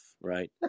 right